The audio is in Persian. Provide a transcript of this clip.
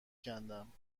کندم